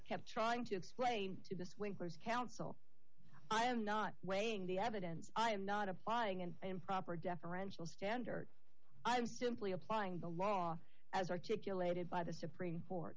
kept trying to explain to the swindlers counsel i am not weighing the evidence i am not applying an improper deferential standard i'm simply applying the law as articulated by the supreme court